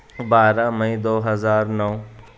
بارہ مئی دو ہزار نو